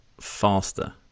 faster